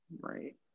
right